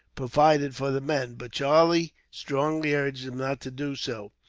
provided for the men but charlie strongly urged him not to do so.